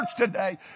today